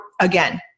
Again